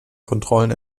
kontrollen